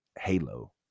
Halo